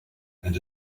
and